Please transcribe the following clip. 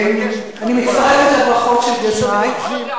אני מצטרפת לברכות של קודמי.